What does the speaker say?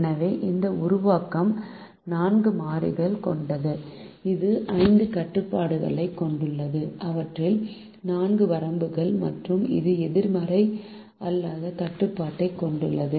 எனவே இந்த உருவாக்கம் 4 மாறிகள் கொண்டது இது 5 கட்டுப்பாடுகளைக் கொண்டுள்ளது அவற்றில் 4 வரம்புகள் மற்றும் இது எதிர்மறை அல்லாத கட்டுப்பாட்டைக் கொண்டுள்ளது